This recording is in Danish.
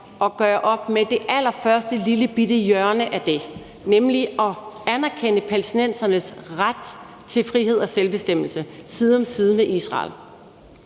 at gøre op med det allerførste lillebitte hjørne af det, nemlig at anerkende palæstinensernes ret til frihed og selvbestemmelse side om side med Israel.